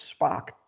Spock